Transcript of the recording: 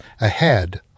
ahead